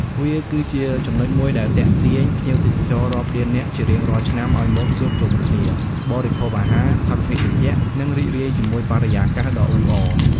វាគឺជាចំណុចមួយដែលទាក់ទាញភ្ញៀវទេសចររាប់លាននាក់ជារៀងរាល់ឆ្នាំ ឲ្យមកជួបជុំគ្នា បរិភោគអាហារ ផឹកភេសជ្ជៈ និងរីករាយជាមួយបរិយាកាសដ៏អ៊ូអរ។